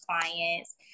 clients